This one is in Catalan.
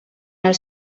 els